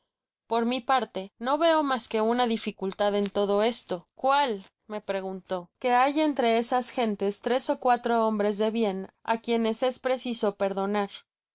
por mi parle no veo mas que una dificultad en todo esto cuál me preguntó que hay entre esas gentes tres ó cuatro hombres de bien á quienes es preciso perdonar